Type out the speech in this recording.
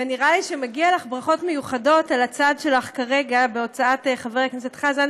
ונראה לי שמגיעות ברכות מיוחדות על הצעד שלך כרגע בהוצאת חבר הכנסת חזן,